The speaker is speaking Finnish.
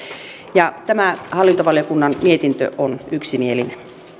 tämä hallintovaliokunnan mietintö on yksimielinen